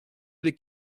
les